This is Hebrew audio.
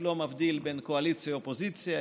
לא מבדיל בין קואליציה לאופוזיציה,